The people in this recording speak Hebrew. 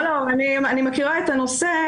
לא, אני מכירה את הנושא.